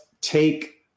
take